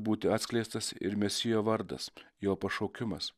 būti atskleistas ir mesijo vardas jo pašaukimas